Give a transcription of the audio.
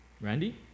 Randy